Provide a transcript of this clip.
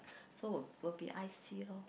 so would would be I_C lor